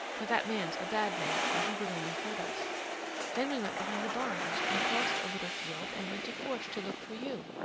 for that man's a bad man, and he would only hurt us then we went behind the barns and crossed a little field and went to fourche to look for you.